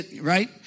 Right